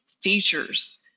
features